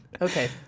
Okay